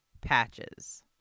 patches